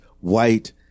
white